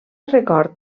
record